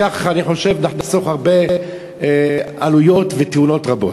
כך נחסוך הרבה עלויות ותאונות רבות.